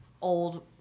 old